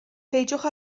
peidiwch